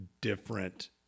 different